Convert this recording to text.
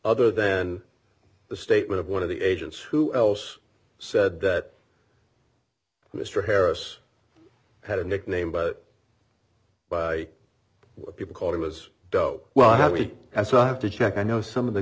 other then the statement of one of the agents who else said that mr harris had a nickname but by what people call it was though well how we as i have to check i know some of the